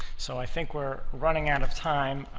so i think we're running out of time.